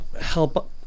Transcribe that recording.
help